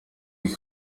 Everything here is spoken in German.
ich